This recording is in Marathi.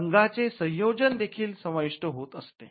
रंगांचे संयोजन देखील समाविष्ट होत असते